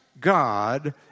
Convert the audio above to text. God